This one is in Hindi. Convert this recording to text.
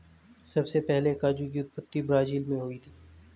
सबसे पहले काजू की उत्पत्ति ब्राज़ील मैं हुई थी